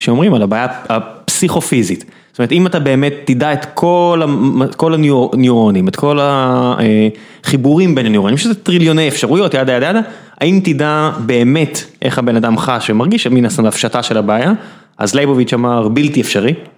שאומרים על הבעיה הפסיכופיזית, זאת אומרת אם אתה באמת תדע את כל הניורונים, את כל החיבורים בין הניורונים, שזה טריליוני אפשרויות ידה ידה ידה, האם תדע באמת איך הבן אדם חש ומרגיש מן הפשטה של הבעיה, אז ליבוביץ' אמר בלתי אפשרי.